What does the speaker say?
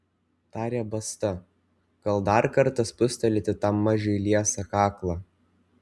tarė basta gal dar kartą spustelėti tam mažiui liesą kaklą